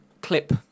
clip